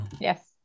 Yes